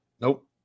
Nope